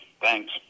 Thanks